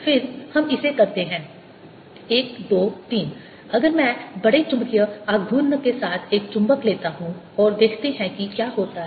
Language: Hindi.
फिर हम इसे करते हैं 1 2 3 अगर मैं बड़े चुंबकीय आघूर्ण के साथ एक चुंबक लेता हूं और देखते हैं कि क्या होता है